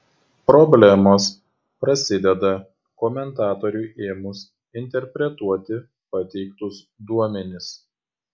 problemos prasideda komentatoriui ėmus interpretuoti pateiktus duomenis